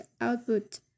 output